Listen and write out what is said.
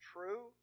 True